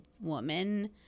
woman